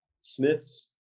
Smith's